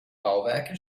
bauwerke